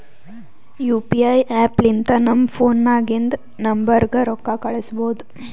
you P I app ಲಿಂತ ನಮ್ ಫೋನ್ನಾಗಿಂದ ನಂಬರ್ಗ ರೊಕ್ಕಾ ಕಳುಸ್ಬೋದ್